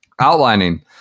outlining